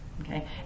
okay